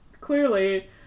clearly